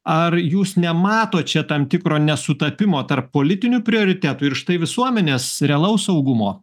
ar jūs nematot čia tam tikro nesutapimo tarp politinių prioritetų ir štai visuomenės realaus saugumo